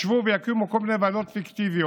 ישבו ויקימו כל מיני ועדות פיקטיביות